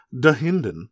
DeHinden